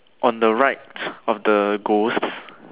on the right of the ghosts